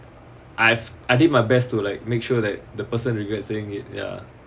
I've I did my best to like make sure that the person regret saying it ya